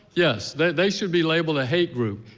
yes, they should be labeled a hate group.